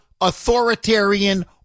authoritarian